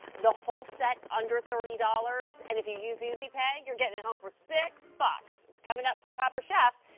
the whole set, under thirty dollars. and if you use easy pay, you're getting it home for six bucks. coming up from copper chef,